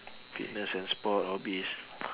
fitness and sport hobbies